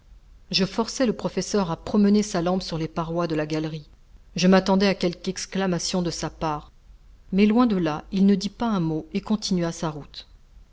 je forçai le professeur à promener sa lampe sur les parois de la galerie je m'attendais à quelque exclamation de sa part mais loin de là il ne dit pas un mot et continua sa route